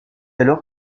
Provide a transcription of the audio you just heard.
alors